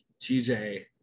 TJ